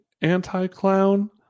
anti-clown